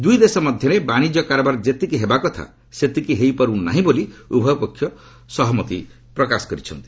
ଦୁଇ ଦେଶ ମଧ୍ୟରେ ବାଶିଜ୍ୟ କାରବାର ଯେତିକି ହେବା କଥା ସେତିକି ହେଉ ପାରୁ ନାହିଁ ବୋଲି ଉଭୟ ପକ୍ଷ ସହମତି ପ୍ରକାଶ ପାଇଛି